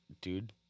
Dude